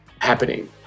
happening